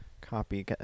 Copy